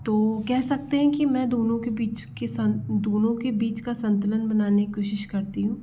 तो कह सकते हैं कि मैं दोनों के बीच के साथ दोनों के बीच का संतुलन बनाने की कोशिश करती हूँ